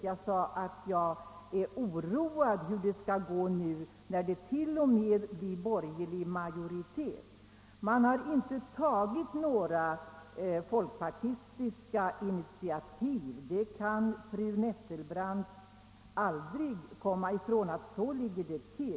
Jag sade att jag är oroad över hur det skall gå när det t.o.m. blir borgerlig majoritet. Det har inte tagits några folkpartistiska initiativ! Fru Nettelbrandt kan aldrig komma ifrån att det ligger till på det sättet.